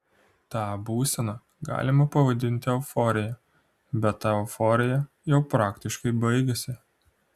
tą būseną galima pavadinti euforija bet ta euforija jau praktiškai baigėsi